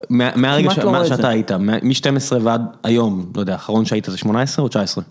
מהרגע שאתה היית מ-12 ועד היום, לא יודע, האחרון שהיית זה 18 או 19?